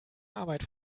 arbeit